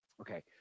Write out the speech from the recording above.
Okay